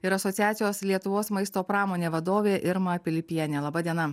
ir asociacijos lietuvos maisto pramonė vadovė irma pilipienė laba diena